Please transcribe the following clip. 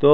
তো